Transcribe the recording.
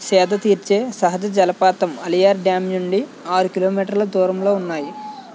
సేదతీర్చే సహజ జలపాతం అళియార్ డ్యామ్ నుండి ఆరు కిలోమీటర్ల దూరంలో ఉన్నాయి